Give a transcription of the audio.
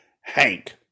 Hank